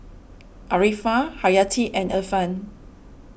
Arifa Haryati and Irfan